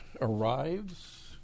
arrives